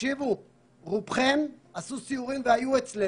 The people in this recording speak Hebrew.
רובכם עשו סיורים אצלנו.